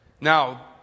Now